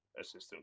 assistant